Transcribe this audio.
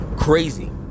Crazy